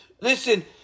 Listen